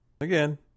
Again